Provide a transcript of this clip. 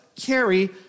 carry